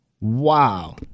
Wow